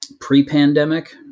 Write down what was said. Pre-pandemic